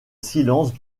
silence